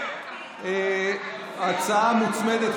הצעה מוצמדת,